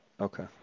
Okay